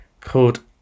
called